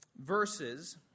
Verses